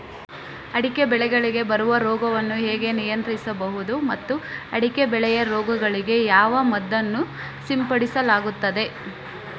ಅಡಿಕೆ ಬೆಳೆಗಳಿಗೆ ಬರುವ ರೋಗಗಳನ್ನು ಹೇಗೆ ನಿಯಂತ್ರಿಸಬಹುದು ಮತ್ತು ಅಡಿಕೆ ಬೆಳೆಯ ರೋಗಗಳಿಗೆ ಯಾವ ಮದ್ದನ್ನು ಸಿಂಪಡಿಸಲಾಗುತ್ತದೆ?